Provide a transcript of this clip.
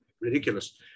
ridiculous